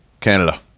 Canada